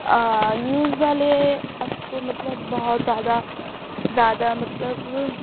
news والے اب تو مطلب بہت زیادہ زیادہ مطلب